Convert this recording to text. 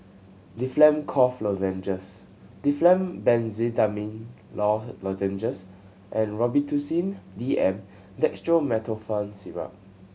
Difflam Cough Lozenges Difflam Benzydamine Lozenges and Robitussin D M Dextromethorphan Syrup